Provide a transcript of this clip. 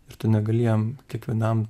ir tu negali jam kiekvienam